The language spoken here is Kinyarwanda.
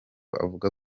avuga